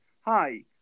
hi